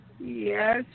Yes